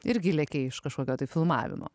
irgi lėkei iš kažkokio tai filmavimo